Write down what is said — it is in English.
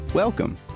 Welcome